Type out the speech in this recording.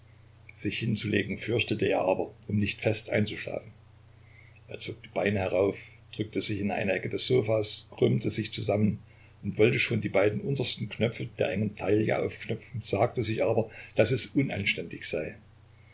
sich hinzulegen fürchtete er aber um nicht fest einzuschlafen er zog die beine herauf drückte sich in eine ecke des sofas krümmte sich zusammen und wollte schon die beiden untersten knöpfe der engen taille aufknöpfen sagte sich aber daß es unanständig sei